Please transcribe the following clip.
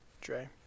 Dre